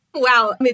Wow